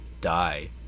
die